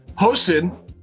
hosted